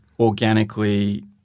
organically